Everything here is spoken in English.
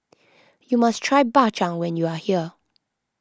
you must try Bak Chang when you are here